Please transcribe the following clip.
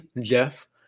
Jeff